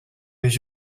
mes